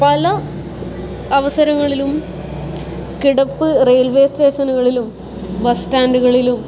പല അവസരങ്ങളിലും കിടപ്പ് റെയിൽവേ സ്റ്റേഷനുകളിലും ബസ് സ്റ്റാൻറ്റുകളിലും